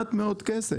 מעט מאוד כסף.